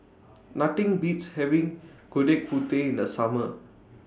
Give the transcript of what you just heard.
Nothing Beats having Gudeg Putih in The Summer